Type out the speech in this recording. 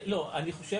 אני חושב